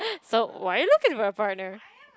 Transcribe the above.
so why are you looking for a partner